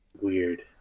Weird